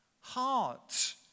heart